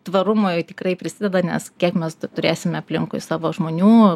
tvarumui tikrai prisideda nes kiek mes turėsime aplinkui savo žmonių